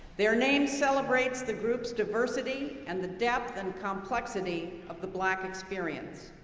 their name celebrates the group's diversity and the depth and complexity of the black experience.